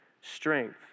strength